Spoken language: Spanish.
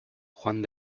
juan